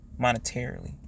monetarily